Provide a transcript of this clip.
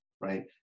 right